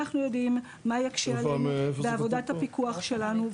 אנחנו יודעים מה יקשה עלינו בעבודת הפיקוח שלנו.